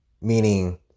meaning